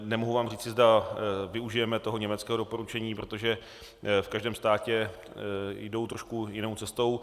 Nemohu vám říci, zda využijeme toho německého doporučení, protože v každém státě jdou trošku jinou cestou.